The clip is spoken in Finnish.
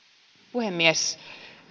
puhemies